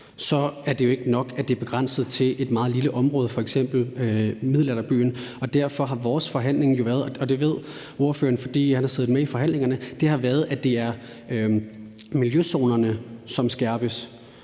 er det jo ikke nok, at det er begrænset til et meget lille område, f.eks. middelalderbyen. Derfor har vores forhandling jo været – og det ved ordføreren, for han har siddet med i forhandlingerne – at det er miljøzonerne, som skærpes.